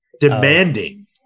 demanding